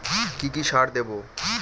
কি কি সার দেবো?